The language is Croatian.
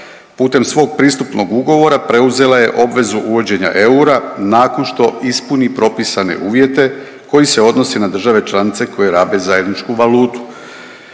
putem svog pristupnog ugovora preuzela je obvezu uvođenja eura nakon što ispuni propisane uvjete koji se odnose na države članice koje rabe zajedničku valutu.